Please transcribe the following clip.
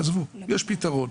יש פתרון.